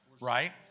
right